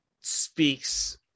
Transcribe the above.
speaks